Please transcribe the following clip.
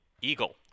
Eagle